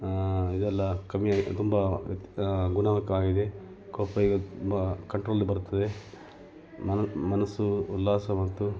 ಇದೆಲ್ಲ ಕಮ್ಮಿಯಾಗಿ ತುಂಬ ಗುಣಮುಖವಾಗಿದೆ ಕೋಪ ಈಗ ತುಂಬ ಕಂಟ್ರೋಲಿಗೆ ಬರ್ತದೆ ಮನ ಮನಸ್ಸು ಉಲ್ಲಾಸ ಮತ್ತು